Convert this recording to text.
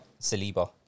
Saliba